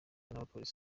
n’abapolisi